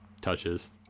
touches